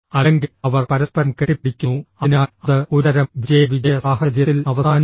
അല്ലെങ്കിൽ അവർ പരസ്പരം കെട്ടിപ്പിടിക്കുന്നു അതിനാൽ അത് ഒരുതരം വിജയ വിജയ സാഹചര്യത്തിൽ അവസാനിക്കും